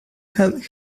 had